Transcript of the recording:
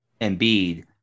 Embiid